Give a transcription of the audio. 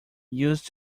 used